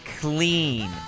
Clean